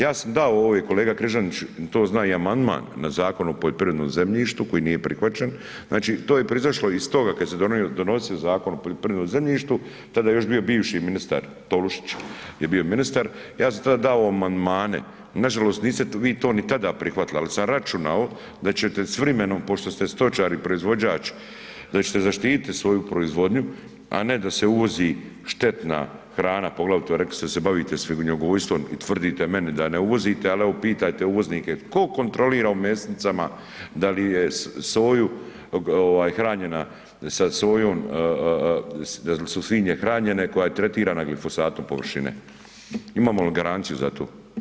Ja sam dao ove kolega Križaniću, to zna, i amandman na Zakon o poljoprivrednom zemljištu koji nije prihvaćen, znači to je proizašlo iz toga kad se donosio Zakon o poljoprivrednom zemljištu, tada je još bio bivši ministar, Tolušić je bio ministar, ja sam tada dao amandmane, nažalost niste vi to ni tada prihvatili, al' sam računao da ćete s vrimenom pošto šte stočar i proizvođač da ćete zaštitit svoju proizvodnju, a ne da se uvozi štetna hrana, poglavito rekli ste da se bavite svinjogojstvom i tvrdite meni da ne uvozite, al' evo pitajte uvoznike tko kontrolira u mesnicama da li je soju, ovaj hranjena sa sojom, jesu li svinje hranjene, koja je tretirana glifosatom površine, imamo li garanciju za to.